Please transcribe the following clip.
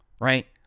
right